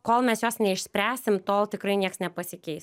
kol mes jos neišspręsim tol tikrai nieks nepasikeis